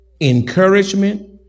encouragement